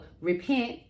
repent